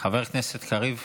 חבר הכנסת קריב.